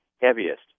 heaviest